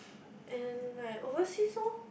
in like overseas loh